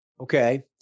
Okay